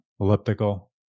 elliptical